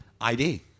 ID